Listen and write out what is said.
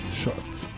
shots